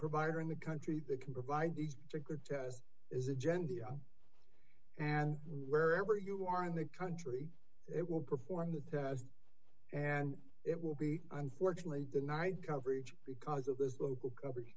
provider in the country that can provide these particular test is agenda and wherever you are in the country it will perform the test and it will be unfortunately denied coverage because of this local coverage